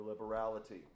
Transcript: liberality